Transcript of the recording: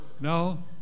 No